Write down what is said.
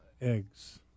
eggs